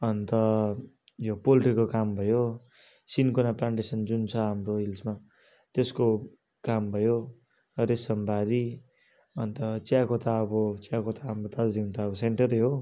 अन्त यो पोल्ट्रीको काम भयो सिन्कोना प्लान्टेसन जुन छ हाम्रो हिल्समा त्यसको काम भयो रेसम बारी अन्त चियाको त अब चियाको त हाम्रो दार्जिलिङ त अब सेन्टर हो